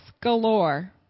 galore